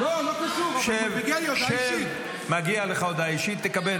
לא, לא קשור, אבל מגיעה לי הודעה אישית.